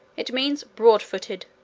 it means broad-footed,